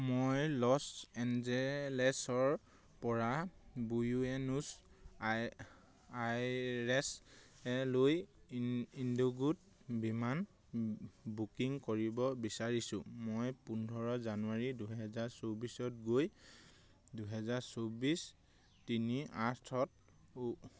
মই লছ এঞ্জেলেছৰপৰা বুয়েনোছ আইৰেছলৈ ইণ্ডিগো বিমান বুকিং কৰিব বিচাৰিছোঁ মই পোন্ধৰ জানুৱাৰী দুহেজাৰ চৌবিছত গৈ দুহেজাৰ চৌবিছ তিনি আঠত